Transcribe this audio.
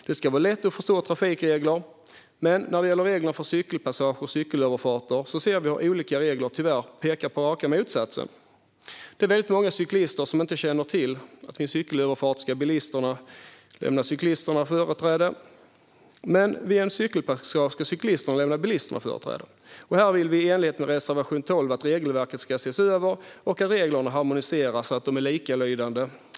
Det ska vara lätt att förstå trafikregler, men när det gäller reglerna för cykelpassager och cykelöverfarter ser vi att olika regler tyvärr pekar på raka motsatsen. Det är väldigt många cyklister som inte känner till att bilister ska lämna cyklister företräde vid cykelöverfarter men att cyklister ska lämna bilister företräde vid en cykelpassage. Vi vill i enlighet med reservation 12 att regelverket ska ses över och att reglerna harmoniseras så att de är likalydande.